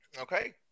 Okay